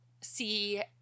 see